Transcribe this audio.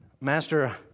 Master